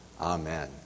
Amen